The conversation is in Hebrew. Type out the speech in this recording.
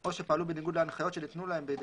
או שפעלו בניגוד להנחיות שניתנו להם בידי